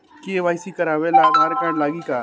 KYC करावे ला Aadhaar card लागी का?